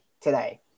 today